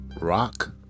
rock